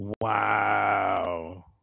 Wow